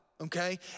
okay